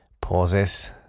Pauses